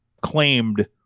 claimed